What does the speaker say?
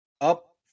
up